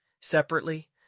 separately